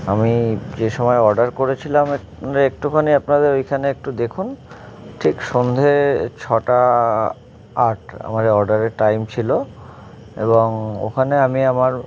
আমি যে সময় অর্ডার করেছিলাম একটুখানি আপনাদের ওইখানে একটু দেখুন ঠিক সন্ধ্যে ছটা আট আমার অর্ডারের টাইম ছিলো এবং ওখানে আমি আমার